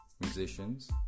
musicians